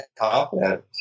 confident